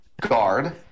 Guard